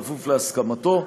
בכפוף להסכמתו.